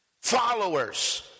followers